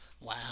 Wow